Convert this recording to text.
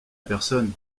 personne